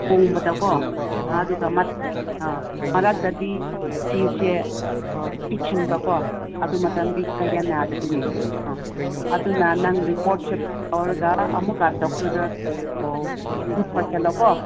ꯄꯣꯝꯕꯗꯀꯣ ꯑꯗꯨꯒ ꯑꯥ ꯃꯔꯛꯇꯗꯤ ꯁꯤꯁꯁꯦ ꯄꯤꯛꯁꯤꯟꯕ ꯀꯣ ꯑꯗꯨ ꯃꯇꯝꯗꯤ ꯀꯌꯥ ꯅꯥꯗꯕꯅꯤ ꯑꯥ ꯑꯗꯨꯅ ꯅꯪ ꯔꯤꯄꯣꯔꯠꯁꯦ ꯇꯧꯔꯒ ꯑꯃꯨꯛꯀ ꯗꯣꯛꯇꯔꯗ ꯎꯠꯄ ꯆꯠꯂꯣꯀꯣ